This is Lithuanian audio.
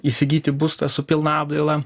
įsigyti būstą su pilna apdaila